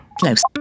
Close